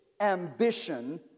ambition